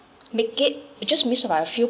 make it it just miss by a few